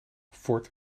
ford